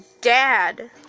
dad